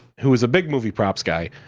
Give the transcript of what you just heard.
who is a big movie props guys,